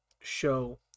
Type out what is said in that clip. show